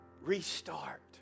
Restart